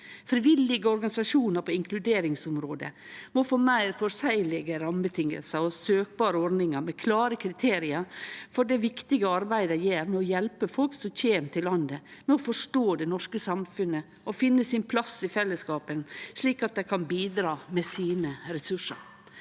Frivillige organisasjonar på inkluderingsområdet må få meir føreseielege rammevilkår og søkbare ordningar med klare kriterium for det viktige arbeidet dei gjer med å hjelpe folk som kjem til landet, med å forstå det norske samfunnet og finne sin plass i fellesskapen, slik at dei kan bidra med sine ressursar.